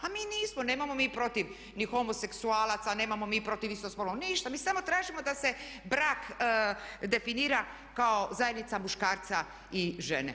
A mi nismo, nemamo mi protiv ni homoseksualaca, nemamo mi protiv istospolnih ništa, mi samo tražimo da se brak definira kao zajednica muškarca i žene.